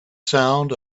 sound